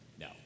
no